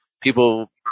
people